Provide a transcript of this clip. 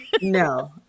No